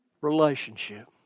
Relationship